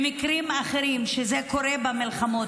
שזה קורה במלחמות.